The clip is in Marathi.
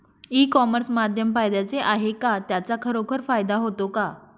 ई कॉमर्स माध्यम फायद्याचे आहे का? त्याचा खरोखर फायदा होतो का?